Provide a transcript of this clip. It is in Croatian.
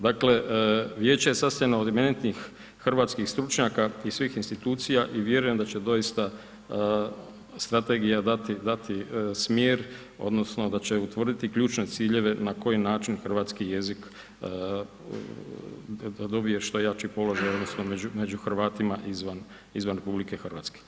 Dakle, vijeće je sastavljeno od eminentnih hrvatskih stručnjaka i svih institucija i vjerujem da će doista strategija dati, dati smjer odnosno da će utvrditi ključne ciljeve na koji način hrvatski jezik da dobije što jači položaj odnosno među Hrvatima izvan RH.